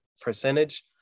percentage